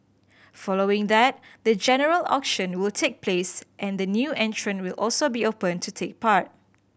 following that the general auction will take place and the new entrant will also be open to take part